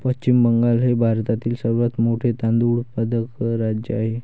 पश्चिम बंगाल हे भारतातील सर्वात मोठे तांदूळ उत्पादक राज्य आहे